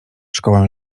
szkołę